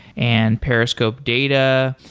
and periscope data.